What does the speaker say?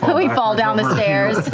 but we fall down the stairs.